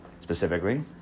specifically